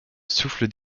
souffle